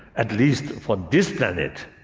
at least for this planet.